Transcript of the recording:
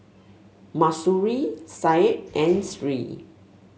Mahsuri Syed and Sri